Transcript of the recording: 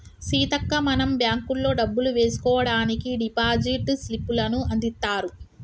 సీతక్క మనం బ్యాంకుల్లో డబ్బులు వేసుకోవడానికి డిపాజిట్ స్లిప్పులను అందిత్తారు